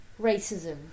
racism